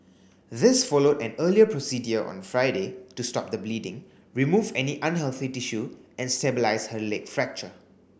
this followed an earlier procedure on Friday to stop the bleeding remove any unhealthy tissue and stabilise her leg fracture